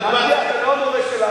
אתה לא המורה שלנו.